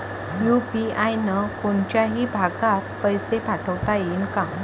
UPI न कोनच्याही भागात पैसे पाठवता येईन का?